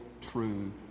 true